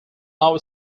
law